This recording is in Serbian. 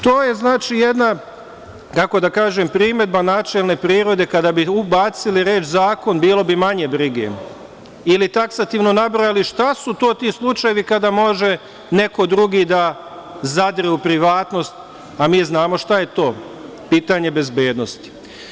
To je znači, jedna, kako da kažem, primedba načelne prirode kada bi ubacili reč zakon, bilo bi manje brige, ili taksativno nabrojali šta su to ti slučajevi kada može neko drugi da zadire u privatnost, a mi znamo šta je to pitanje bezbednosti.